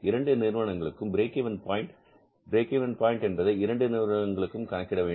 இரண்டு நிறுவனங்களுக்கும் break even point break even point என்பதை இரண்டு நிறுவனங்களுக்கும் கணக்கிட வேண்டும்